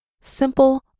simple